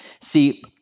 See